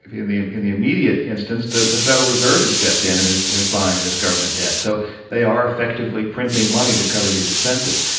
in the in the immediate instance, the the federal reserve has stepped in and is buying this government debt, so they are effectively printing money to cover these expenses.